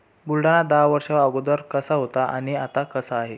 बुलढाणा दहा वर्षं अगोदर कसा होता आणि आता कसा आहे